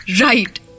right